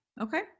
Okay